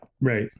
Right